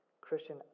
Christian